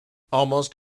almost